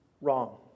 wrong